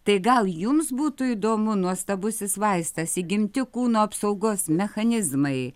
tai gal jums būtų įdomu nuostabusis vaistas įgimti kūno apsaugos mechanizmai